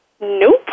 Nope